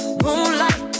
moonlight